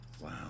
Wow